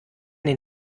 den